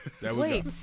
Wait